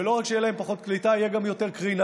ולא רק שתהיה פחות קליטה, תהיה גם יותר קרינה.